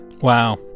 Wow